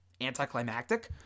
anticlimactic